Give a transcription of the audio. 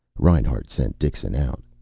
reinhart sent dixon out.